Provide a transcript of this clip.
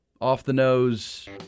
off-the-nose